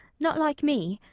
not like me.